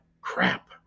crap